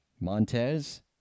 Montez